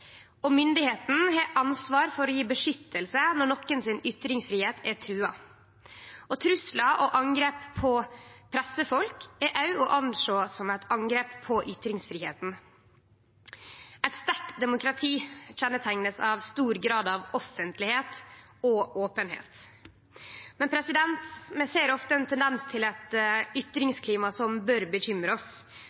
og myndigheitene har ansvar for å gje beskyttelse når nokon får ytringsfridomen sin trua. Truslar og angrep på pressefolk er òg å sjå på som eit angrep på ytringsfridomen. Eit sterkt demokrati er kjenneteikna av stor grad av offentlegheit og openheit. Men vi ser ofte ein tendens til eit ytringsklima som bør uroe oss,